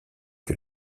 que